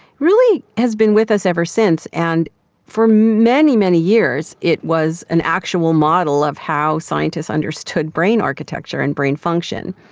really has been with us ever since. and for many, many years it was an actual model of how scientists understood brain architecture and brain function.